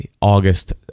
August